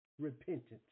repentance